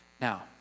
Now